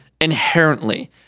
inherently